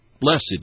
Blessed